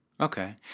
Okay